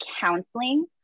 counseling